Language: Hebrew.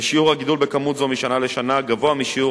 ושיעור הגידול בכמות זו משנה לשנה גבוה משיעור